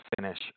finish